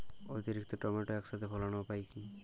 অতিরিক্ত টমেটো একসাথে ফলানোর উপায় কী?